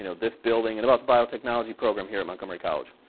you know this building and about the biotechnology program here at montgomery college?